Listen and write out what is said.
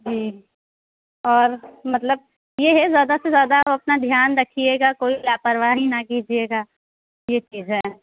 جی اور مطلب یہ ہے زیادہ سے زیادہ آپ اپنا دھیان رکھیے گا کوئی لا پرواہی نہ کیجیے گا یہ چیز ہے